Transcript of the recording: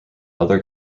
other